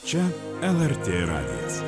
čia lrt radijas